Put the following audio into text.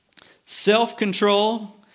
self-control